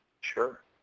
Sure